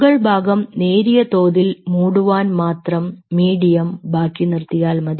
മുകൾഭാഗം നേരിയതോതിൽ മൂടുവാൻ മാത്രം മീഡിയം ബാക്കി നിർത്തിയാൽ മതി